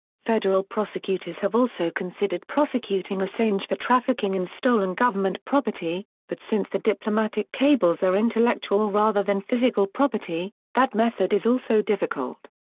federal prosecutors have also considered prosecuting assange for trafficking in stolen government property, but since the diplomatic cables are intellectual rather than physical property, that method is also difficult.